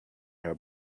her